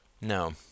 No